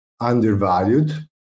undervalued